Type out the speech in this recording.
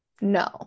No